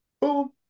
boom